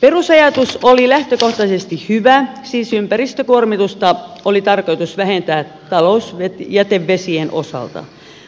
perusajatus oli lähtökohtaisesti hyvä siis ympäristökuormitusta oli tarkoitus vähentää talousjätevesien osalta